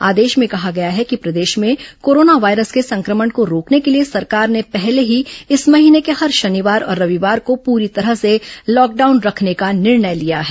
आदेश में कहा गया है कि प्रदेश में कोरोना वायरस के संक्रमण को रोकने के लिए सरकार ने पहले ही इस महीने के हर शनिवार और रविवार को पूरी तरह से लॉकडाउन रखने का निर्णय लिया है